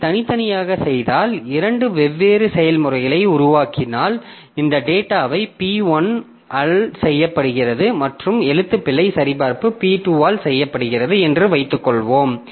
அதை தனித்தனியாக செய்தால் இரண்டு வெவ்வேறு செயல்முறைகளை உருவாக்கினால் இந்த டேட்டாவை P1 ஆல் செய்யப்படுகிறது மற்றும் எழுத்துப்பிழை சரிபார்ப்பு P2 ஆல் செய்யப்படுகிறது என்று வைத்துக்கொள்வோம்